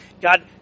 God